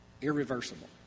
Irreversible